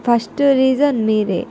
first reason మీదే